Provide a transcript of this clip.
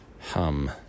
Hum